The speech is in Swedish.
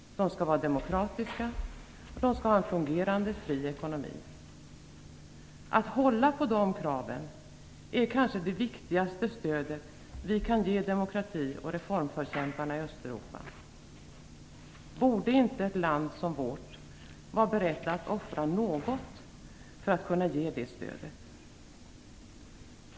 De skall vara demokratiska och ha en fungerande fri ekonomi. Att hålla på de kraven är kanske det viktigaste stödet vi kan ge demokrati och reformförkämparna i Östeuropa. Borde inte ett land som vårt vara berett att offra något för att kunna ge det stödet?